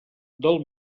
del